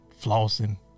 flossing